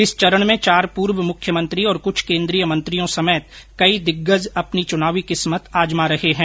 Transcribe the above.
इस चरण में चार पूर्व मुख्यमंत्री और कुछ केन्द्रीय मंत्रियों समेत कई दिग्गज अपनी चुनावी किस्मत आजमा रहे हैं